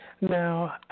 Now